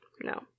no